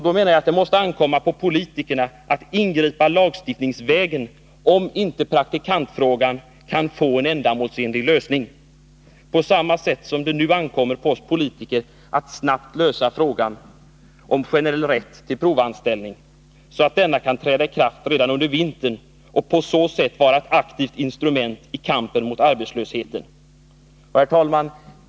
Det måste ankomma på politikerna att ingripa lagstiftningsvägen om inte praktikantfrågan kan få en ändamålsenlig lösning, på samma sätt som det nu ankommer på oss politiker att snabbt lösa frågan om generell rätt till provanställning, så att denna kan träda i kraft redan under vintern och på så sätt vara ett aktivt instrument i kampen mot arbetslösheten. Herr talman!